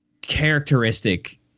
characteristic